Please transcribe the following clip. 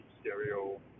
stereo